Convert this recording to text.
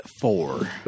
four